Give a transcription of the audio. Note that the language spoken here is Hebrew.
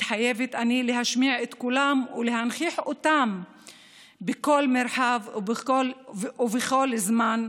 מתחייבת אני להשמיע את קולם ולהנכיח אותם בכל מרחב ובכל זמן.